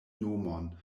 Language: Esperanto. nomon